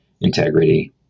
Integrity